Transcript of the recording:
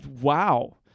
Wow